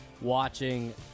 watching